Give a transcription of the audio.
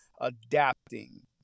adapting